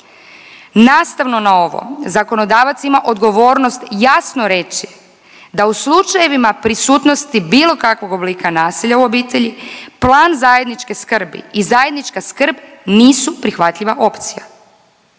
Nastavno na ovo zakonodavac ima odgovornost jasno reći da u slučajevima prisutnosti bilo kakvog oblika nasilja u obitelji plan zajedničke skrbi i zajednička skrb nisu prihvatljiva opcija.